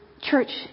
church